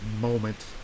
moment